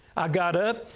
i got up,